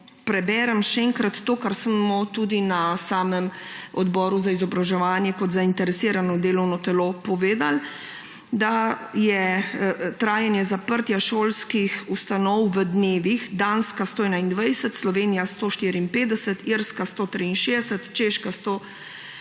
preberem to, kar smo tudi na samem odboru za izobraževanje kot zainteresiranem delovnem telesu povedali. Trajanje zaprtja šolskih ustanov v dnevih je: Danska 121, Slovenija 154, Irska 163, Češka